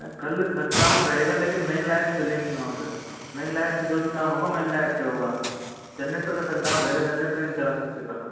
कल shut down रहेगा लेकिन मेन लाइट चलेंगी वहाँ पे मेन लाइट से जो भी काम होगा मेन लाइट से होगा जनरेटर का शट डाउन रहेगा जनरेटर नहीं चला सकते कल आप